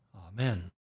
Amen